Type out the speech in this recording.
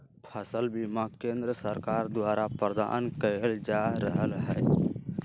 फसल बीमा केंद्र सरकार द्वारा प्रदान कएल जा रहल हइ